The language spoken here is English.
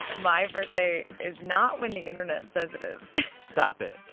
my birthday is not when the internet says it is stop it.